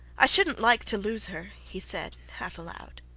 i shouldnt like to lose her, he said half aloud.